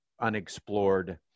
unexplored